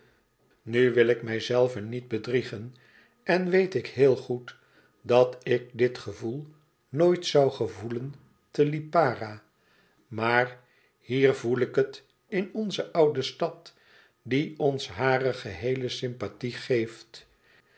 nu wil ik mijzelven niet bedriegen en weet ik heel goed dat ik dit gevoel nooit zoû gevoelen te lipara maar hier voel ik het in onze oude stad die ons hare geheele sympathie geeft